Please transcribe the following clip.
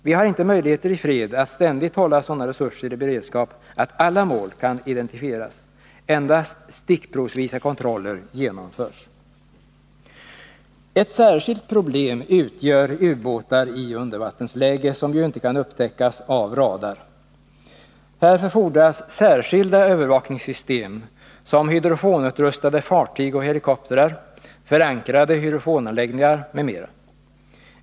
Vi har inte möjligheter i fred att ständigt hålla sådana resurser i beredskap att alla mål kan identifieras. Endast kontroller stickprovsvis genomförs. Ett särskilt problem utgör ubåtar i undervattensläge, som ju inte kan upptäckas av radar. Härför fordras särskilda övervakningssystem, såsom hydrofonutrustade fartyg och helikoptrar samt förankrade hydrofonanläggningar.